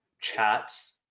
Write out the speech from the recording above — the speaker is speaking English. chats